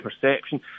perception